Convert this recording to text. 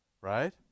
Right